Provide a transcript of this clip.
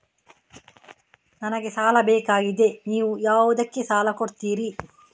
ನನಗೆ ಸಾಲ ಬೇಕಾಗಿದೆ, ನೀವು ಯಾವುದಕ್ಕೆ ಸಾಲ ಕೊಡ್ತೀರಿ?